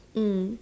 mm